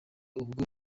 ubwo